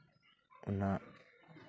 ᱚᱱᱟ